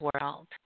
world